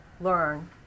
learn